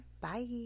Bye